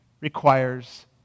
requires